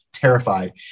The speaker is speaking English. terrified